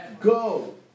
go